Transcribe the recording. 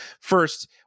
first